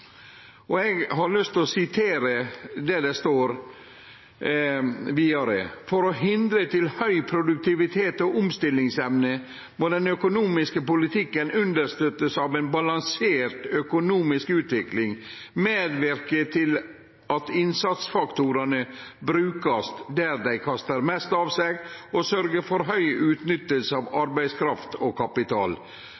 alt.» Eg har lyst å sitere det som står vidare: «For å bidra til høy produktivitet og god omstillingsevne, må den økonomiske politikken understøtte en balansert økonomisk utvikling, medvirke til at innsatsfaktorene brukes der de kaster mest av seg og sørge for høy utnyttelse av